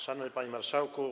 Szanowny Panie Marszałku!